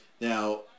Now